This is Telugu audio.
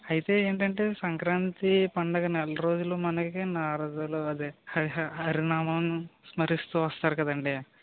అయితే ఏంటంటే సంక్రాంతి పండుగ నెల రోజులు మనకి నారదులు అదే హరి నామం స్మరిస్తూ వస్తారు కదండీ